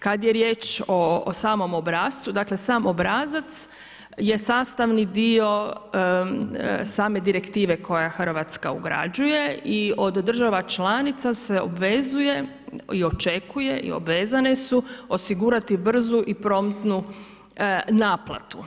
Kad je riječ o samom obrascu, dakle sam obrazac je sastavni dio same direktive koja Hrvatska ugrađuje i od država članica se obvezuje i očekuje i obvezane su osigurati brzu i promptnu naplatu.